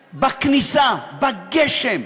בכניסה, בגשם,